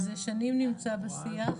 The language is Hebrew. זה שנים נמצא בשיח,